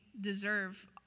deserve